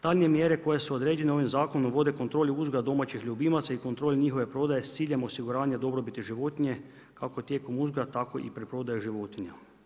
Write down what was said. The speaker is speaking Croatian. Daljnje mjere koje su određene ovim zakonom vode kontroli uzgoja domaćih ljubimaca i kontroli njihove prodaje s ciljem osiguranja dobrobiti životinje kako tijekom uzgoja tako i preprodajom životinja.